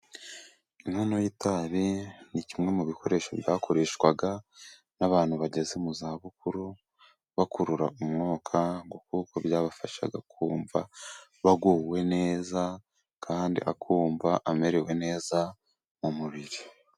Inkono y'itabi ni kimwe mu bikoresho byakoreshwaga n'abantu bageze mu za bukuru, bakurura umwuka ngo kuko byabafashaga kumva baguwe neza kandi akumva amerewe neza mu mubiri.